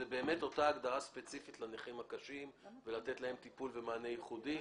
זו באמת אותה הגדרה ספציפית לנכים הקשים ולתת להם טפול ומענה ייחודי.